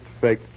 fake